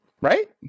right